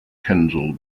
kensal